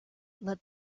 let